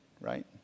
right